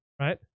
right